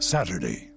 Saturday